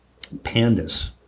Pandas